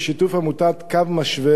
בשיתוף עמותת "קו משווה",